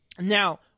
Now